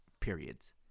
periods